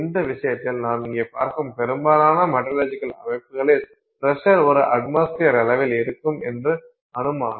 இந்த விஷயத்தில் நாம் இங்கே பார்க்கும் பெரும்பாலான மெட்டலார்ஜிக்கல் அமைப்புகளில் ப்ரசர் ஒரு அட்மாஸ்பியர் அளவில் இருக்கும் என்று அனுமானம்